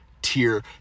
tier